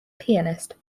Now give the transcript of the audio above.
pianist